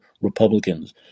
Republicans